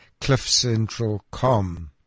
cliffcentral.com